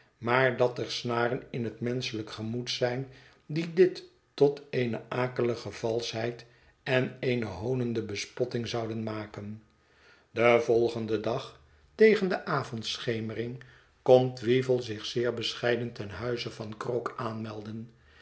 maar dat er snaren in het menschelijk gemoed zijn die dit tot eene akelige valschheid en eene hoonende bespotting zouden maken den volgenden dag tegen de avondschemering komt weevle zich zeer bescheiden ten huize van krook aanmelden